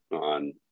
on